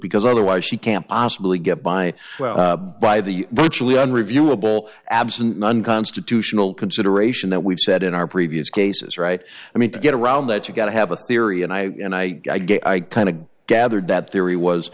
because otherwise she can't possibly get by by the virtually unreviewable absent non constitutional consideration that we've said in our previous cases right i mean to get around that you got to have a theory and i and i kind of gathered that theory was